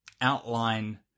outline